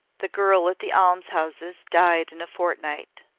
the girl at the almshouses died in a fortnight.